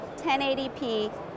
1080p